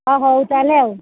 ହ ହଉ ତାହେଲେ ଆଉ